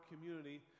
community